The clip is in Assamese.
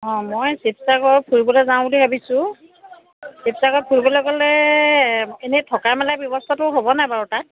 অ মই শিৱসাগৰ ফুৰিবলৈ যাওঁ বুলি ভাবিছোঁ শিৱসাগৰত ফুৰিবলৈ গ'লে এনে থকা মেলাৰ ব্যৱস্থাটো হ'ব নাই বাৰু তাত